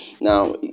now